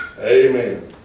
Amen